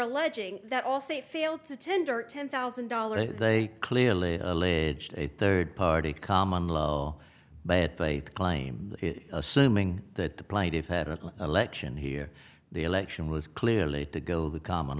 alleging that all say failed to tender ten thousand dollars they clearly alleged a third party common law but they claimed assuming that the plaintiffs had an election here the election was clearly to go the common